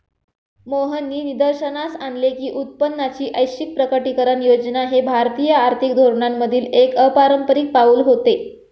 मोहननी निदर्शनास आणले की उत्पन्नाची ऐच्छिक प्रकटीकरण योजना हे भारतीय आर्थिक धोरणांमधील एक अपारंपारिक पाऊल होते